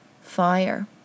fire